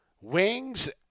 Wings